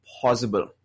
possible